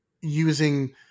using